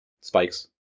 spikes